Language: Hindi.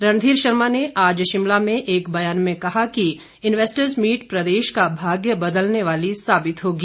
रणधीर शर्मा ने आज शिमला में एक बयान में कहा कि इन्वेस्टर्स मीट प्रदेश का भाग्य बदलने वाली साबित होगी